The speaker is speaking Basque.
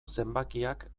zenbakiak